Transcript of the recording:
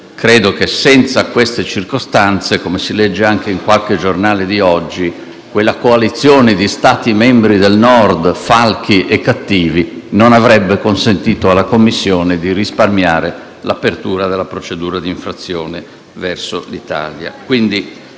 Credo che senza queste circostanze, come si legge anche in qualche giornale di oggi, quella coalizione di Stati membri del Nord falchi e cattivi non avrebbe consentito alla Commissione di risparmiare l'apertura della procedura di infrazione verso l'Italia.